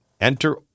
Enter